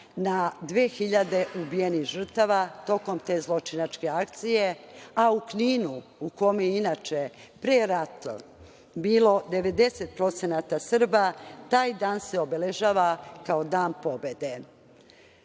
na 2.000 ubijenih žrtava tokom te zločinačke akcije, a u Kninu, u kome je inače pre rata bilo 90% Srba, taj dan se obeležava kao dan pobede. Ono